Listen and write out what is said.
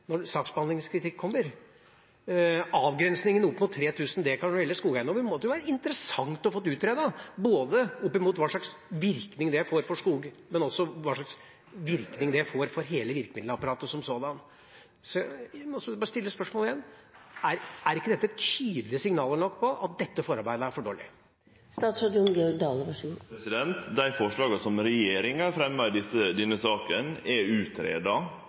når saksbehandlingskritikk kommer. Avgrensningen opp mot 3 000 dekar når det gjelder skogeiendommer, måtte jo vært interessant å få utredet, både hvilken virkning det får for skog, og også hvilken virking det får for hele virkemiddelapparatet som sådant. Så jeg må bare stille spørsmålet igjen: Er ikke dette tydelige nok signaler på at forarbeidet er for dårlig? Dei forslaga som regjeringa har fremja i denne saka, er